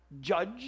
judge